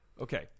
Okay